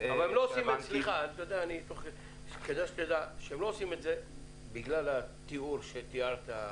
כדאי שתדע שהם לא עושים את זה בגלל התיאור שתיארת,